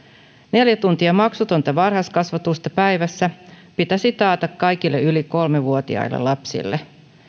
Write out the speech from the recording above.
neljä tuntia maksutonta varhaiskasvatusta päivässä pitäisi taata kaikille yli kolme vuotiaille lapsille